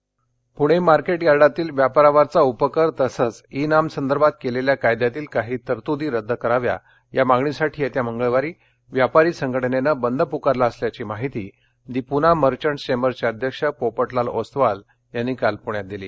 बंद पुणे मार्केट यार्डातील व्यापारावरचा उपकर तसच ई नाम संदर्भात केलेल्या कायद्यातील काही तरतुदी रद्द कराव्या या मागणीसाठी येत्या मंगळवारी व्यापारी संघटनेनं बंद पुकारला असल्याची माहिती दि पूना मर्चटस् चेंबरचे अध्यक्ष पोपटलाल ओस्तवाल यांनी काल पुण्यात दिली